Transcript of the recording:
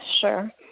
Sure